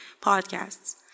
podcasts